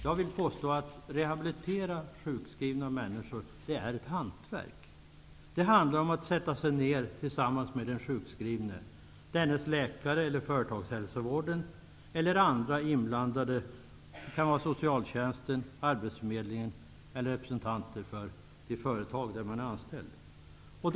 Jag vill påstå att det är ett hantverk att rehabilitera sjukskrivna människor. Det handlar om att sätta sig ned tillsammans med den sjukskrivne, dennes läkare eller med företagshälsovården eller med andra inblandade, t.ex. socialtjänsten, arbetsförmedlingen eller representanter för det företag där den sjukskrivne är anställd.